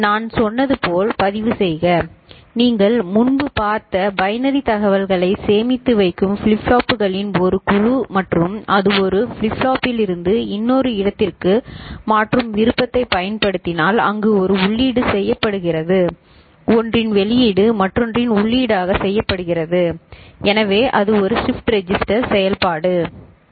நான் சொன்னது போல் பதிவுசெய்க நீங்கள் முன்பு பார்த்த பைனரி தகவல்களை சேமித்து வைக்கும் ஃபிளிப் ஃப்ளாப்புகளின் ஒரு குழு மற்றும் அது ஒரு ஃபிளிப் ஃப்ளாப்பிலிருந்து இன்னொரு இடத்திற்கு மாற்றும் விருப்பத்தைப் பயன்படுத்தினால் அங்கு ஒரு உள்ளீடு செய்யப்படுகிறது ஒன்றின் வெளியீடு மற்றொன்றின் உள்ளீடாக செய்யப்படுகிறது எனவே அது ஷிப்ட் ரெஜிஸ்டர் செயல்பாடு சரி